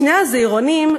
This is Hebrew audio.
שני הזעירונים,